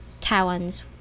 Taiwan's